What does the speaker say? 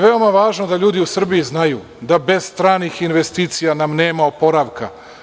Veoma je važno da ljudi u Srbiji znaju da nam bez stranih investicija nema oporavka.